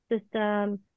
system